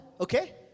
okay